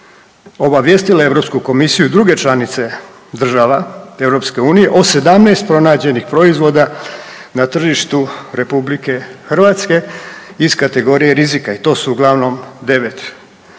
obavijestila Europsku komisiju i druge članice država EU o 17 pronađenih proizvoda na tržištu RH iz kategorije rizika i to su uglavnom 9